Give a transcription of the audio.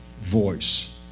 voice